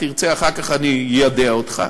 אם תרצה אחר כך אני איידע אותך,